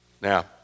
Now